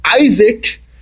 Isaac